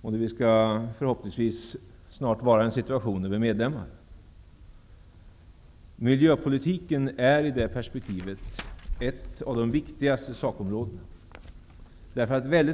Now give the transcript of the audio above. Och vi skall förhoppningsvis snart vara i en situation där vi är medlemmar. Sett ur det perspektivet är miljöpolitiken ett av de viktigaste sakområdena.